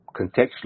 contextually